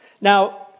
Now